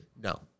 No